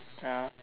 ya